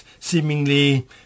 seemingly